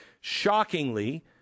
Shockingly